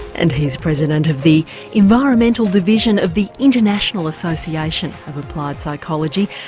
and he's president of the environmental division of the international association of applied psychology,